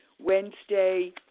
Wednesday